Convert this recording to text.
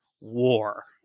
war